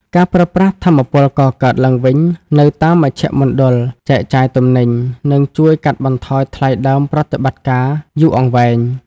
ការប្រើប្រាស់ "ថាមពលកកើតឡើងវិញ" នៅតាមមជ្ឈមណ្ឌលចែកចាយទំនិញ នឹងជួយកាត់បន្ថយថ្លៃដើមប្រតិបត្តិការយូរអង្វែង។